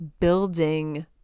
building